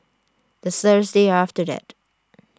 the Thursday after that